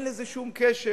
אין לזה שום קשר.